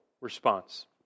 response